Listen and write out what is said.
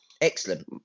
Excellent